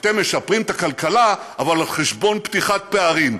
אתם משפרים את הכלכלה אבל על חשבון פתיחת פערים.